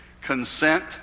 consent